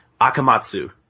Akamatsu